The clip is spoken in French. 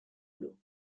boulots